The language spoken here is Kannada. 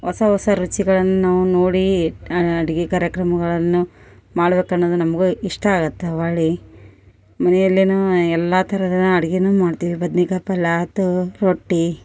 ಹೊಸ ಹೊಸ ರುಚಿಗಳನ್ನು ನಾವು ನೋಡಿ ಅಡಿಗಿ ಕಾರ್ಯಕ್ರಮಗಳನ್ನು ಮಾಡ್ಬೇಕು ಅನ್ನದು ನಮಗೂ ಇಷ್ಟ ಆಗತ್ತ ಒಳ್ಳಿಯ ಮನೆ ಎಲ್ಲೆನು ಎಲ್ಲಾ ಥರದ ಅಡುಗೇನು ಮಾಡ್ತೀವಿ ಬದನಿಕಾಯಿ ಪಲ್ಯ ಆತು ರೊಟ್ಟಿ